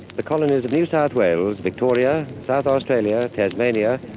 the colonies of new south wales, victoria, south australia, tasmania,